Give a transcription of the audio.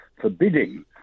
forbidding